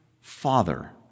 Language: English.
Father